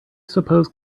suppose